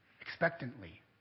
expectantly